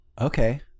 Okay